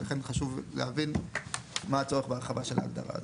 ולכן חשוב להבין מה הצורך בהרחבה של ההגדרה הזאת.